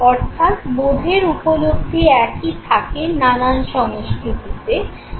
অর্থাৎ বোধের উপলব্ধি একই থাকে নানান সংস্কৃতিতে